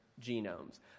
genomes